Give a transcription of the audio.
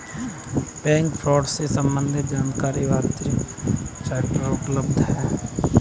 bank fraud से सम्बंधित संपूर्ण जानकारी भारतीय रिज़र्व बैंक की वेब साईट पर उपलब्ध है